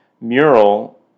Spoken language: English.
mural